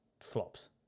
flops